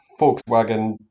Volkswagen